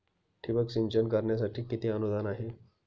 ठिबक सिंचन करण्यासाठी किती अनुदान आहे?